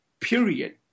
period